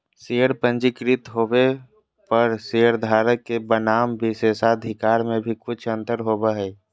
share पंजीकृत होबो पर शेयरधारक के बनाम विशेषाधिकार में भी कुछ अंतर होबो हइ